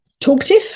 Talkative